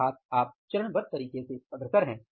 अर्थात आप चरणबद्ध तरीके से अग्रसर हैं